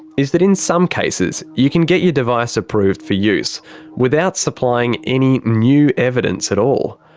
is that in some cases you can get your device approved for use without supplying any new evidence at all.